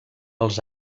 els